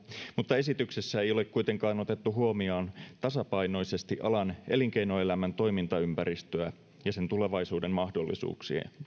mutta esityksessä ei ole kuitenkaan otettu huomioon tasapainoisesti alan elinkeinoelämän toimintaympäristöä ja sen tulevaisuudenmahdollisuuksien